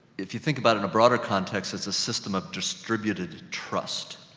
if you think about it in a broader context, it's a system of distributed trust.